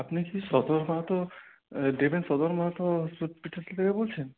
আপনি কি সদর মাহাতো দেবেন সদর মাহাতো হসপিটাল থেকে বলছেন